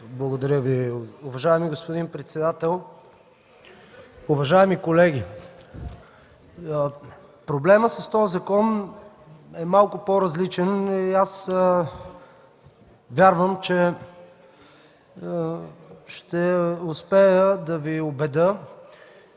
Благодаря Ви, уважаеми господин председател. Уважаеми колеги, проблемът с този закон е малко по-различен и вярвам, че ще успея да Ви убедя,